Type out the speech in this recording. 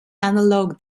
analogue